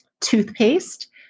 Toothpaste